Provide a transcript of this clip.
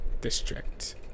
district